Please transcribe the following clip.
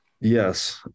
Yes